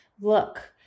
look